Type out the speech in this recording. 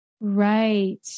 Right